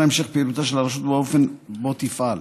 המשך פעילותה של הרשות והאופן שבו תפעל.